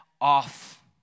off